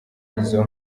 izo